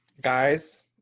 guys